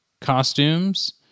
costumes